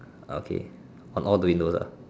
okay on all the windows ah